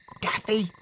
Daffy